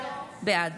בעד